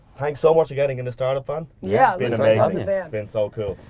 thanks so much getting in the startup um yeah it's been so cool.